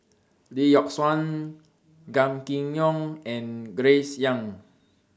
Lee Yock Suan Gan Kim Yong and Grace Young